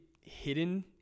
hidden